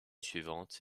suivante